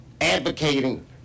advocating